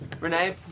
Renee